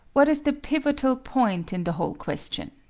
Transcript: what is the pivotal point in the whole question?